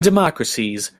democracies